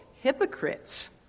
hypocrites